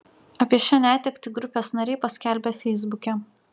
apie šią netektį grupės nariai paskelbė feisbuke